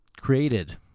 created